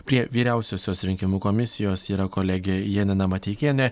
prie vyriausiosios rinkimų komisijos yra kolegė janina mateikienė